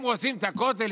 הם רוצים את הכותל?